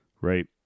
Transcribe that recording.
Right